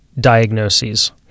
diagnoses